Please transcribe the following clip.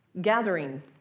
gathering